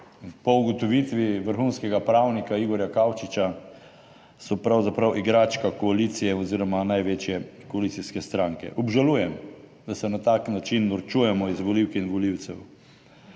po ugotovitvi vrhunskega pravnika Igorja Kaučiča so pravzaprav igračka koalicije oziroma največje koalicijske stranke. Obžalujem, da se na tak način norčujemo iz volivk in volivcev.